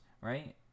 right